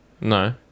No